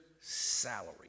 salary